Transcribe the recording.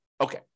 Okay